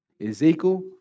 Ezekiel